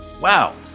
Wow